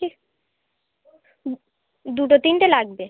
ঠিক দুটো তিনটে লাগবে